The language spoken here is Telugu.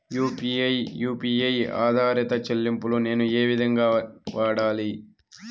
యు.పి.ఐ యు పి ఐ ఆధారిత చెల్లింపులు నేను ఏ విధంగా వాడాలి?